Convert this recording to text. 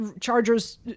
Chargers